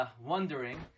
wondering